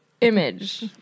image